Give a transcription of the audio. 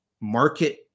market